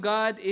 God